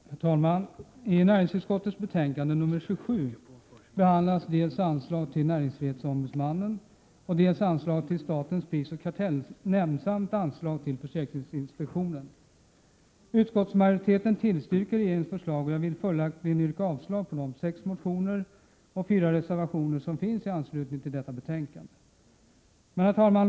Herr talman! I näringsutskottets betänkande 27 behandlas dels anslag till näringsfrihetsombudsmannen, dels anslag till statens prisoch kartellnämnd samt anslag till försäkringsinspektionen. Utskottsmajoriteten tillstyrker regeringens förslag, och jag vill följaktligen yrka avslag på de sex motionerna och de fyra reservationer som finns i anslutning till detta betänkande. Herr talman!